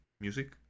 music